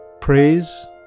praise